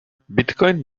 bitcoin